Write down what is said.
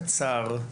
קצר,